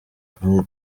kandi